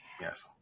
Yes